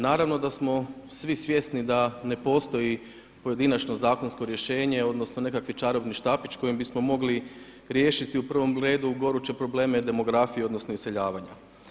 Naravno da smo svi svjesni da ne postoji pojedinačno zakonsko rješenje, odnosno nekakvi čarobni štapić kojim bismo mogli riješiti u prvom redu goruće probleme demografije, odnosno iseljavanja.